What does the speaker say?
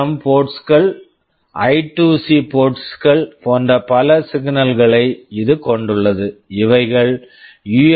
M PWM ports ports கள் I two C I2C ports ports கள் போன்ற பல சிக்னல்ஸ் signals களை இது கொண்டுள்ளது இவைகள் யூ